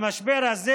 למשבר הזה,